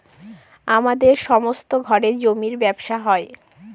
আমাদের সমস্ত ঘরে জমির ব্যবসা হয়